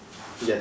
yes